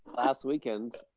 last weekend.